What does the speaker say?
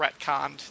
retconned